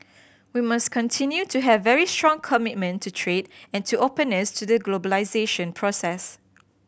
we must continue to have very strong commitment to trade and to openness to the globalisation process